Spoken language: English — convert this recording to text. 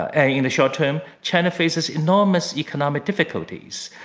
ah in the short-term, china faces enormous economic difficulties.